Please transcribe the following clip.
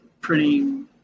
printing